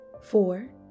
four